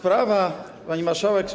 Pani Marszałek!